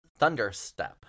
Thunderstep